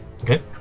Okay